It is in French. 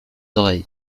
oreilles